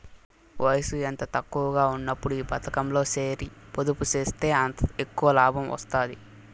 వయసు ఎంత తక్కువగా ఉన్నప్పుడు ఈ పతకంలో సేరి పొదుపు సేస్తే అంత ఎక్కవ లాబం వస్తాది